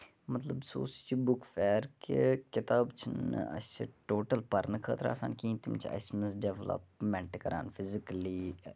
مطلب سُہ اوس یہِ چھُ بُک فِیر کہِ کِتاب چھِنہٕ اَسہِ ٹوٹل پَرنہٕ خٲطرٕ آسان کِہینۍ تِم چھِ اَسہِ منٛز ڈیولَپمیٚنٹ کران فِزِکٔلی